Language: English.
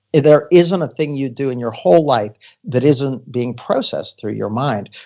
there isn't a thing you do and your whole life that isn't being processed through your mind.